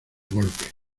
golpe